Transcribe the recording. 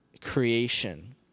creation